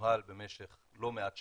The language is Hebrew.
שמנוהל במשך לא מעט שנים,